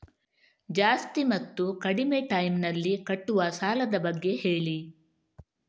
ಜಾಸ್ತಿ ಮತ್ತು ಕಡಿಮೆ ಟೈಮ್ ನಲ್ಲಿ ಕಟ್ಟುವ ಸಾಲದ ಬಗ್ಗೆ ಹೇಳಿ